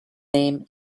name